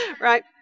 right